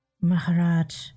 Maharaj